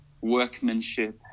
workmanship